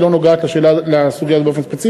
היא לא נוגעת לסוגיה הזאת באופן ספציפי,